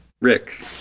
Rick